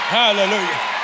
hallelujah